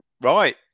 Right